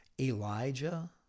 Elijah